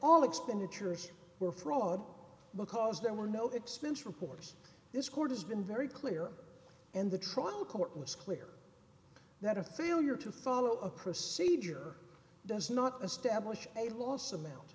all expenditures were fraud because there were no expense reports this court has been very clear and the trial court was clear that a failure to follow a procedure does not establish a loss amount